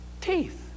teeth